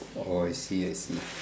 orh I see I see